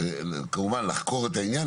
כמובן לחקור את העניין,